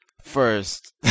first